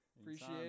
Appreciate